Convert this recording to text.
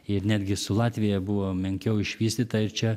ir netgi su latvija buvo menkiau išvystyta ir čia